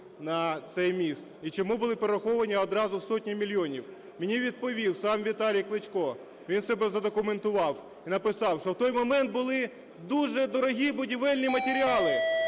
на цей міст і чому були перераховані одразу сотні мільйонів, мені відповів сам Віталій Кличко. Він в себе задокументував і написав, що в той момент були дуже дорогі будівельні матеріали.